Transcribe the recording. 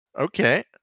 okay